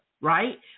right